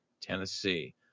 Tennessee